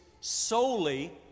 solely